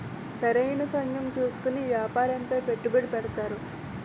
సరైన సమయం చూసుకొని వ్యాపారంపై పెట్టుకుని పెడతారు